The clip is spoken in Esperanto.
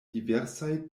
diversaj